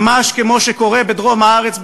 ממש כמו שקורה בדרום הארץ,